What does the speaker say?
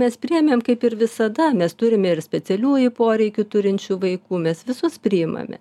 mes priėmėm kaip ir visada nes turime ir specialiųjų poreikių turinčių vaikų mes visus priimame